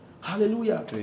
Hallelujah